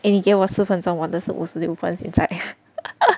then 你给我四分钟我的是五十六分现在